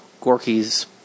Gorky's